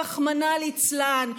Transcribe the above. רחמנא ליצלן,